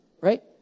Right